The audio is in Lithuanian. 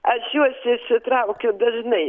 aš juos išsitraukiu dažnai